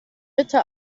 bitte